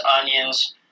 onions